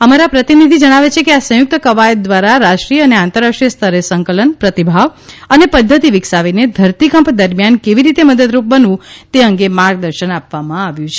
અમારા પ્રતિનિધી જણાવે છે કે આ સંયુક્ત કવાયત દ્વારા રાષ્ટ્રીય અને આંતરરાષ્ટ્રીય સ્તરે સંકલન પ્રતિભાવ અને પદ્વતિ વિકસાવીને ધરતીકંપ દરમિયાન કેવીરીતે મદદરૂપ બનવું તે અંગે માર્ગદર્શન આપવામાં આવ્યું છે